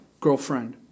girlfriend